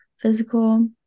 physical